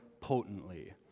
potently